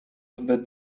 zbyt